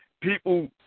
people